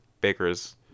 Baker's